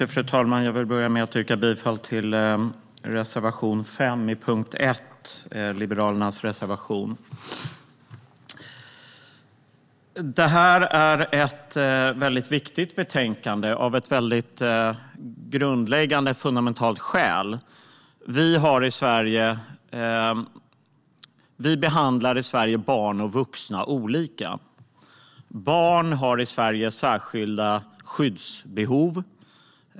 Fru talman! Jag vill börja med att yrka bifall till Liberalernas reservation 5 under punkt 1. Betänkandet är väldigt viktigt av ett grundläggande och fundamentalt skäl: Vi behandlar barn och vuxna olika i Sverige. Barn har i Sverige särskilda skyddsbehov.